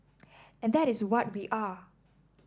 and that is what we are